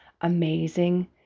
amazing